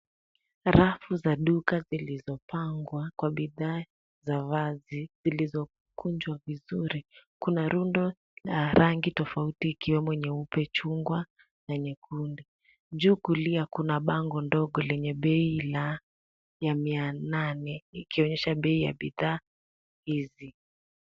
Rafu za duka zilizopangwa kwa bidhaa za wazi zilizokunjwa vizuri. Kuna rundo la rangi tofauti ikiwemo nyeupe, chungwa na nyekundu. Juu kulia kuna bango ndogo lenye bei ya mia nane ikionyesha bei ya bidhaa hizi.